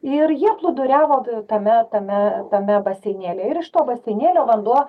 ir jie plūduriavo tame tame tame baseinėlyje ir iš to baseinėlio vanduo